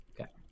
Okay